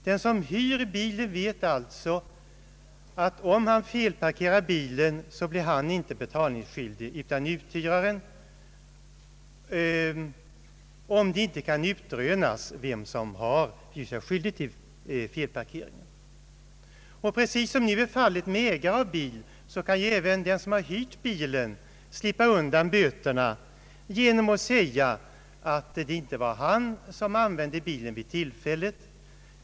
Den som hyr bilen vet, att om han felparkerar bilen så blir inte han utan uthyraren betalningsskyldig, om det inte kan utrönas vem som gjort sig skyldig till felparkeringen. Precis som nu är fallet med ägare av bil kan ju även den som har hyrt bilen slippa undan böter genom att säga att det inte var han som använde bilen vid tillfället.